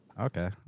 Okay